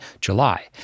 July